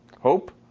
Hope